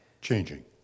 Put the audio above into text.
changing